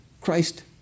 Christ